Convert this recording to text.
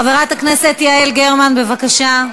חברת הכנסת יעל גרמן, בבקשה.